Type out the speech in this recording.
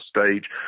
stage